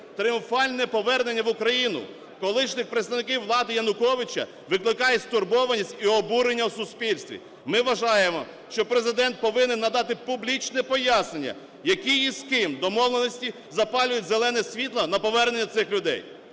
Тріумфальне повернення в Україну колишніх представників влади Януковича викликає стурбованість і обурення в суспільстві. Ми вважаємо, що Президент повинен надати публічне пояснення, які і з ким домовленості запалюють зелене світло на повернення цих людей.